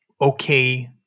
okay